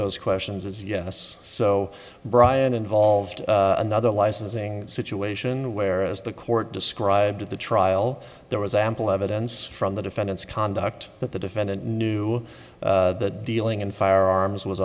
those questions is yes so brian involved another licensing situation where as the court described at the trial there was ample evidence from the defendant's conduct that the defendant knew that dealing in firearms was